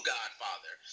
Godfather